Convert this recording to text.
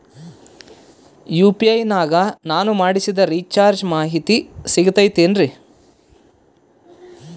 UPI ನಾಗ ನಾನು ಮಾಡಿಸಿದ ರಿಚಾರ್ಜ್ ಮಾಹಿತಿ ಸಿಗುತೈತೇನ್ರಿ?